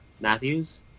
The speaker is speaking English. Matthews